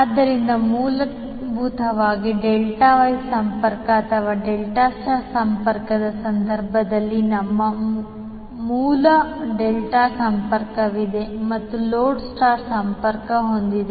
ಆದ್ದರಿಂದ ಮೂಲಭೂತವಾಗಿ delta Y ಸಂಪರ್ಕ ಅಥವಾ ಡೆಲ್ಟಾ ಸ್ಟಾರ್ ಸಂಪರ್ಕದ ಸಂದರ್ಭದಲ್ಲಿ ನಮ್ಮಲ್ಲಿ ಮೂಲ ಡೆಲ್ಟಾ ಸಂಪರ್ಕವಿದೆ ಮತ್ತು ಲೋಡ್ ಸ್ಟಾರ್ ಸಂಪರ್ಕ ಹೊಂದಿದೆ